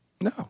No